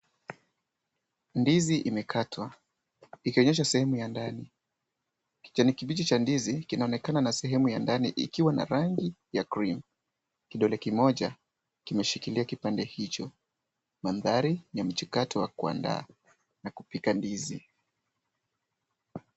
Ndizi imekatwa ikionyesha sehemu ya ndani, kijani kibichi cha ndizi kinaonekana na sehemu ya ndani ikiwa na rangi ya cream kidole kimoja kimeshikilia kipande hicho mandhari ni ya mchakato wa kuandaa na kupika ndizi.